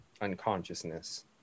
unconsciousness